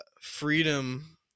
freedom